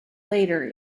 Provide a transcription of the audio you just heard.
later